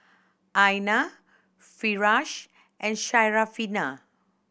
Aina Firash and Syarafina